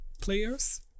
players